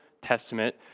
Testament